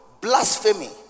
blasphemy